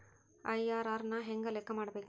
IRR ನ ಹೆಂಗ ಲೆಕ್ಕ ಮಾಡಬೇಕ?